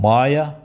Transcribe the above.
Maya